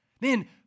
Man